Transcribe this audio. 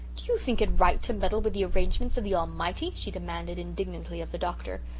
do you think it right to meddle with the arrangements of the almighty? she demanded indignantly of the doctor.